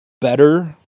better